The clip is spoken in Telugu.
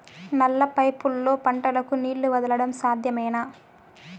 నల్ల పైపుల్లో పంటలకు నీళ్లు వదలడం సాధ్యమేనా?